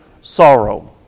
sorrow